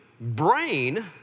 brain